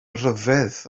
ryfedd